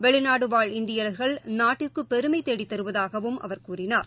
வெளிநாடுவாழ் இந்தியர்கள் நாட்டிற்குபெருமைதேடித் தருவதாகவும் அவர் கூறினார்